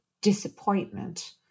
disappointment